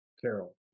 Carol